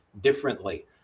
differently